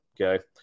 okay